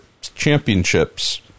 championships